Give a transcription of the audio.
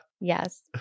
Yes